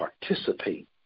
participate